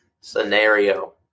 scenario